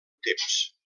temps